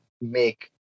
make